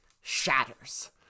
shatters